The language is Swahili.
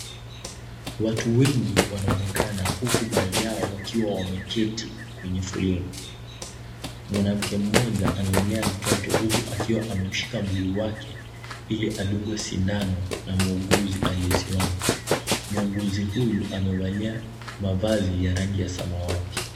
Watu wanaonekana huku baadhi yao wakiwa wameketi kwenye foleni. Mwanamke mmoja amaemlea mtoto huku akiwa amemshika mguu wake, ili adungwe sindano na muuguzi aliyesimama. Muuguzi huyu amevalia mavazi ya rangi ya samawati.